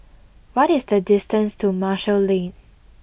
what is the distance to Marshall Lane